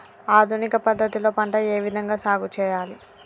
ఆధునిక పద్ధతి లో పంట ఏ విధంగా సాగు చేయాలి?